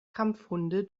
kampfhunde